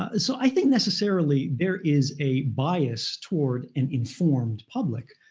ah so i think necessarily there is a bias toward an informed public,